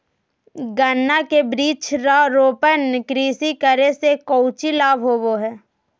गन्ना के वृक्षारोपण कृषि करे से कौची लाभ होबो हइ?